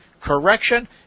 correction